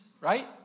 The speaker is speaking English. right